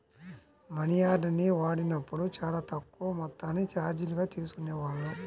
మనియార్డర్ని వాడినప్పుడు చానా తక్కువ మొత్తాన్ని చార్జీలుగా తీసుకునేవాళ్ళు